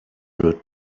route